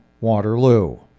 Waterloo